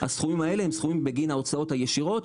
הסכומים האלה הם סכומים בגין ההוצאות הישירות,